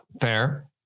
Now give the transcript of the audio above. fair